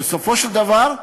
בסופו של דבר,